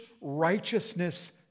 righteousness